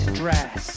dress